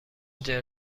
جـر